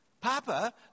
Papa